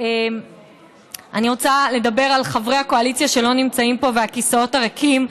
על חברי הקואליציה שלא נמצאים פה והכיסאות הריקים.